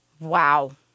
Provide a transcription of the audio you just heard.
Wow